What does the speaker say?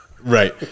Right